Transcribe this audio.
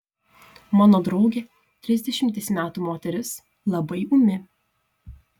mano draugė trisdešimties metų moteris labai ūmi